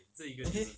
eh